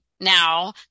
now